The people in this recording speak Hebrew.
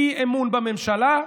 אי-אמון בממשלה.